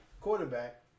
quarterback